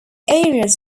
areas